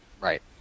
Right